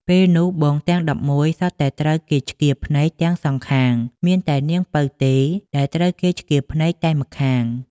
ពេលនោះបងទាំង១១សុទ្ធតែត្រូវគេឆ្កៀលភ្នែកទាំងសងខាង មានតែនាងពៅទេដែលត្រូវគេឆ្កៀលភ្នែកតែម្ខាង។